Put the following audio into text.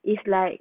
it's like